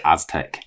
Aztec